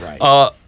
Right